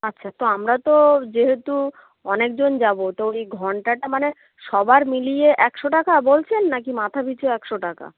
আচ্ছা তো আমরা তো যেহেতু অনেকজন যাব তো ওই ঘণ্টাটা মানে সবার মিলিয়ে একশো টাকা বলছেন নাকি মাথা পিছু একশো টাকা